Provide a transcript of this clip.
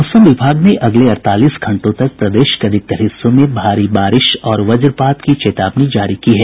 मौसम विभाग ने अगले अड़तालीस घंटों तक प्रदेश के अधिकतर हिस्सों में भारी बारिश और वज्रपात की चेतावनी जारी की है